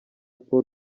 paul